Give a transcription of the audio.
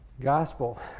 gospel